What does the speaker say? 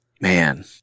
man